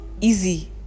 easy